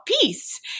Peace